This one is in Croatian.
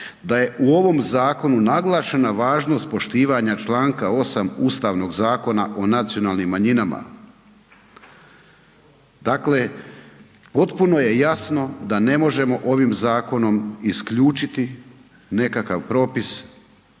da je u ovom zakonu naglašena važnost poštivanja čl. 8. Ustavnog zakona o nacionalnim manjinama. Dakle, potpuno je jasno da ne možemo ovim zakonom isključiti nekakav propisa,